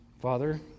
Father